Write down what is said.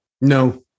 No